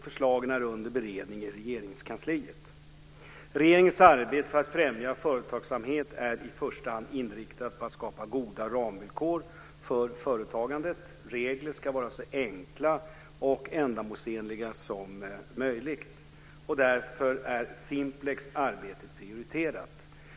Förslagen är under beredning i Regeringskansliet. Regeringens arbete för att främja företagsamhet är i första hand inriktat på att skapa goda ramvillkor för företagandet. Regler ska vara så enkla och ändamålsenliga som möjligt, därför är Simplex arbete prioriterat.